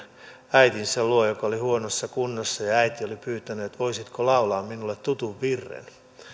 äitinsä luo joka oli huonossa kunnossa ja äiti oli pyytänyt että voisitko laulaa minulle tutun virren